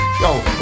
Yo